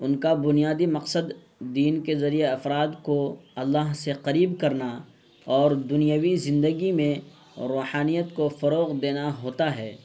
ان کا بنیادی مقصد دین کے ذریعے افراد کو اللہ سے قریب کرنا اور دنیوی زندگی میں روحانیت کو فروغ دینا ہوتا ہے